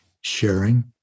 sharing